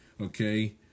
Okay